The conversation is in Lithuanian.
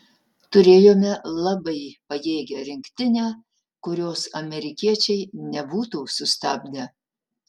turėjome labai pajėgią rinktinę kurios amerikiečiai nebūtų sustabdę